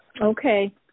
Okay